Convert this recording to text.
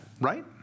right